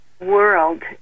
World